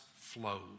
flows